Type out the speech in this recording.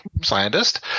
scientist